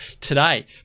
today